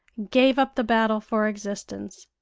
gave up the battle for existence,